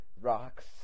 rocks